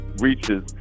reaches